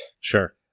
Sure